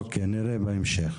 אוקיי, נראה בהמשך.